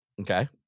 okay